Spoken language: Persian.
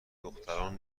دختران